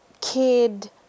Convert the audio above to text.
kid